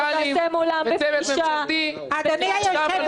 ------ אדוני היושב-ראש,